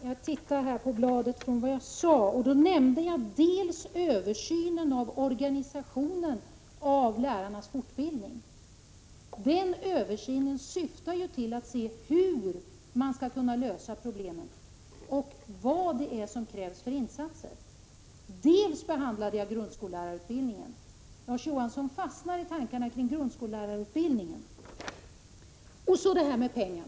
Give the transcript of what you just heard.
Herr talman! Jag har mitt manuskript här och kan upprepa vad jag sade. Dels nämnde jag översynen av lärarfortbildningens organisation, som syftar till att visa hur man skall kunna lösa problemen och vilka insatser som krävs, dels behandlade jag grundskollärarutbildningen. Larz Johansson fastnar i tankarna kring grundskollärarutbildningen. Så tillbaka till resonemanget om pengarna!